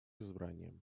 избранием